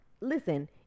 Listen